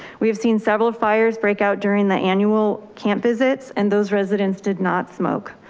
we have seen several fires break out during the annual camp visits, and those residents did not smoke.